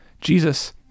Jesus